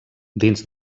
dins